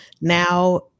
Now